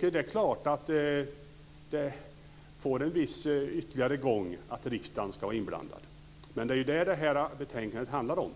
Det är klart att det får en viss ytterligare gång att riksdagen ska vara inblandad. Men det är ju det som detta betänkande handlar om.